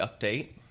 Update